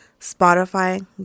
Spotify